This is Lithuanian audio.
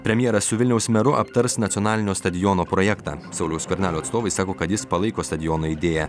premjeras su vilniaus meru aptars nacionalinio stadiono projektą sauliaus skvernelio atstovai sako kad jis palaiko stadiono idėją